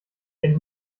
gen